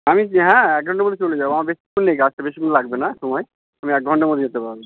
আমি হ্যাঁ এক ঘন্টার মধ্যে চলে যাবো আমার বেশিক্ষণ নেই আসতে বেশিক্ষণ লাগবে না সময় আমি এক ঘন্টার মধ্যে যেতে পারবো